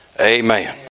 Amen